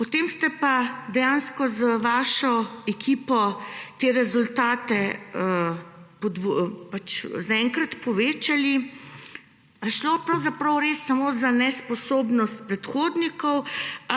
potem ste pa dejansko z vašo ekipo te rezultate za enkrat povečali. Ali je šlo pravzaprav res samo za nesposobnost predhodnikov